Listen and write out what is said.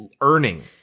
earning